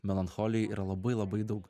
melancholijoj yra labai labai daug